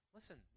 Listen